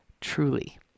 Truly